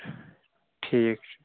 ٹھیٖک چھُ